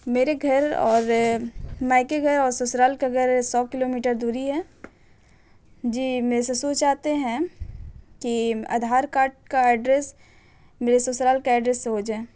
میرے گھر اور مائکے گھر اور سسرال کا گھر سو کلو میٹر دوری ہے جی میرے سسر چاہتے ہیں کہ آدھار کارڈ کا ایڈریس میرے سسرال کا ایڈریس سے ہو جائے